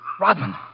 Rodman